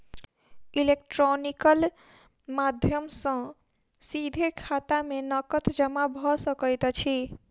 electronical माध्यम सॅ सीधे खाता में नकद जमा भ सकैत अछि